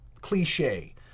cliche